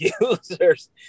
users